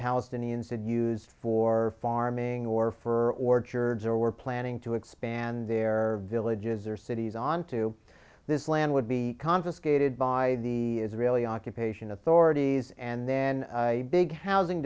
palestinians had used for farming or for orchards or were planning to expand their villages or cities onto this land would be confiscated by the israeli occupation authorities and then big housing